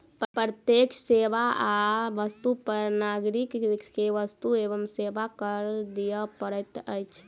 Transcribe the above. प्रत्येक सेवा आ वस्तु पर नागरिक के वस्तु एवं सेवा कर दिअ पड़ैत अछि